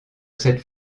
cette